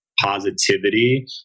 positivity